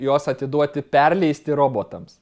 jos atiduoti perleisti robotams